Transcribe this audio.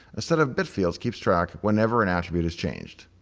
a set of bitfields keeps track whenever an attribute is changed.